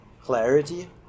clarity